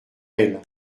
elle